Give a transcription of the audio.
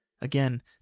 Again